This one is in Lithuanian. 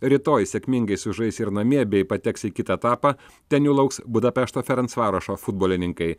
rytoj sėkmingai sužais ir namie bei pateks į kitą etapą ten jų lauks budapešto ferencvarošo futbolininkai